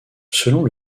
selon